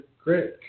great